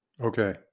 Okay